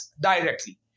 directly